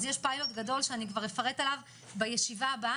אז יש פיילוט גדול שאני כבר אפרט עליו בישיבה הבאה,